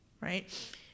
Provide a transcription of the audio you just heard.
right